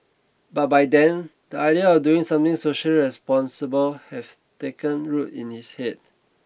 but by then the idea of doing something social responsible have taken root in his head